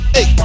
Hey